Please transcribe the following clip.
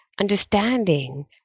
understanding